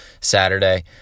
Saturday